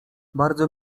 bardzo